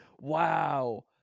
Wow